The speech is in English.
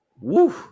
woo